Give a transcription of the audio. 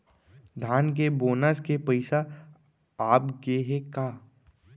धान के बोनस के पइसा आप गे हे का?